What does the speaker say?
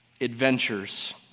adventures